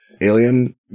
alien